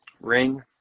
Ring